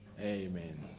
Amen